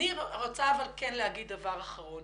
אני כן רוצה לומר דבר אחרון